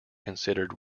considered